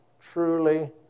truly